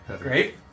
Great